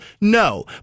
No